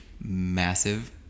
massive